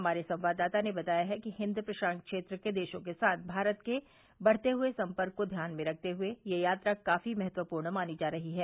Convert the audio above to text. हमारे संवाददाता ने बताया है कि हिन्द प्रशांत क्षेत्र के देशों के साथ भारत के बढ़ते हुए संपर्क को ध्यान में रखते हुए यह यात्रा काफी महत्वपूर्ण मानी जा रही है